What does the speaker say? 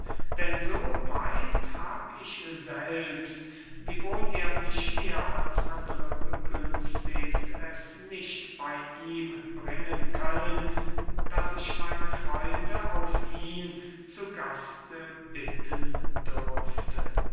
denn so weit hab ich selbst wiewohl er mich mehr als andere begünstigt es nicht bey ihm bringen können daß ich meine freunde auf ihn zu gaste bitten dürfte